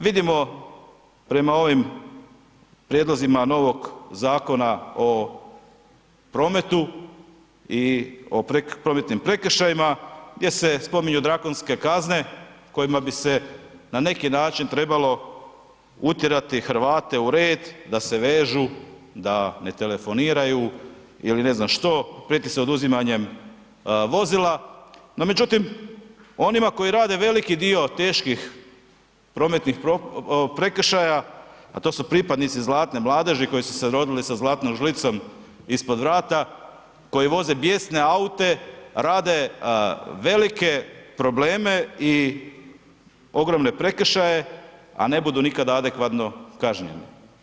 Vidimo prema ovim prijedlozima novog Zakona o prometu i o prometnim prekršajima gdje se spominju drakonske kazne, kojima bi se na neki način trebalo utjerati Hrvate u red, da se vežu, da ne telefoniraju ili ne znam što, prijeti se oduzimanjem vozila, no međutim, onima koji rade veliki dio prometnih prekršaja, a to su pripadnici zlatne mladeži koji su se rodili sa zlatnom žlicom ispod vrata koji voze bijesne aute, rade velike probleme i ogromne prekršaje, a ne budu nikada adekvatno kažnjeni.